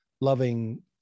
loving